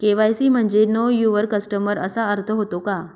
KYC म्हणजे know your customer असा अर्थ होतो का?